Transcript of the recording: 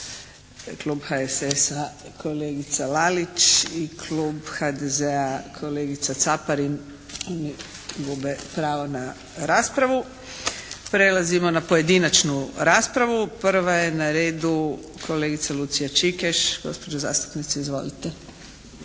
klub HSS-a kolegica Lalić i klub HDZ-a kolegica Caparin. Oni gube pravo na raspravu. Prelazimo na pojedinačnu raspravu. Prva je na redu kolegica Lucija Čikeš. Gospođo zastupnice, izvolite.